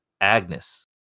Agnes